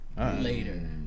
Later